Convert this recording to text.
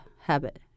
habit